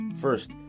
First